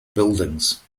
buildings